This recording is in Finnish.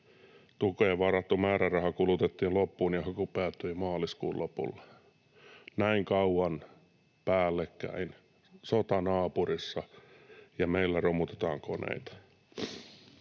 Tukeen varattu määräraha kulutettiin loppuun, ja haku päättyi maaliskuun lopulla. Näin kauan päällekkäin sota naapurissa ja meillä romutetaan koneita.